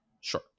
Sure